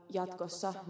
jatkossa